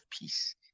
peace